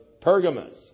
Pergamos